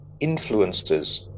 influencers